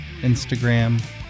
Instagram